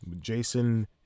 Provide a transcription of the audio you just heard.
Jason